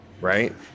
Right